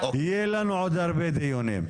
יהיו לנו עוד הרבה דיונים.